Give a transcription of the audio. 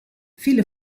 viele